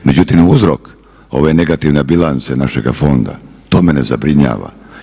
Međutim, uzrok ove negativne bilance našeg fonda to mene zabrinjava.